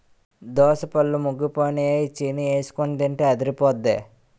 దోసపళ్ళు ముగ్గిపోయినై చీనీఎసికొని తింటే అదిరిపొద్దే